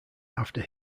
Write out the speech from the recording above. after